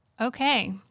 Okay